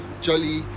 jolly